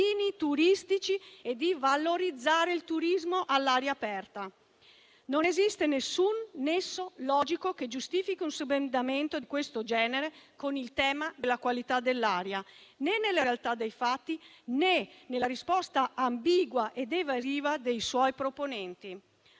turistici e di valorizzare il turismo all'aria aperta. Non esiste alcun nesso logico che giustifichi un subendamento di questo genere con il tema della qualità dell'aria, né nella realtà dei fatti, né nella risposta ambigua ed evasiva dei suoi proponenti.